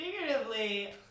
Figuratively